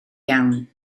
iawn